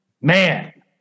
man